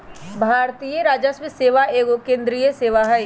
भारतीय राजस्व सेवा एगो केंद्रीय सेवा हइ